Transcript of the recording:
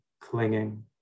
clinging